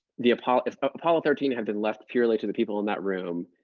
the apollo if apollo thirteen had been left purely to the people in that room,